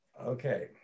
Okay